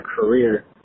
career